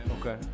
Okay